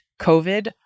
COVID